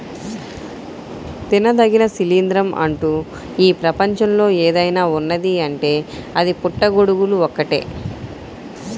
తినదగిన శిలీంద్రం అంటూ ఈ ప్రపంచంలో ఏదైనా ఉన్నదీ అంటే అది పుట్టగొడుగులు ఒక్కటే